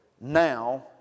now